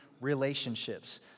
relationships